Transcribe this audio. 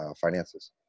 finances